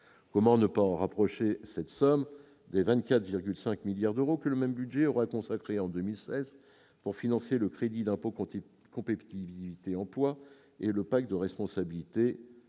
Comment ne pas rapprocher cette somme des 24,5 milliards d'euros que le même budget aura consacrés en 2016 pour financer le crédit d'impôt pour la compétitivité et l'emploi, le CICE, et le pacte de responsabilité